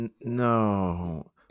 no